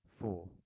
four